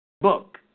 book